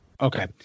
Okay